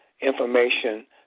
information